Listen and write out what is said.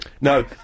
No